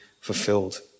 fulfilled